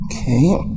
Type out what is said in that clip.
Okay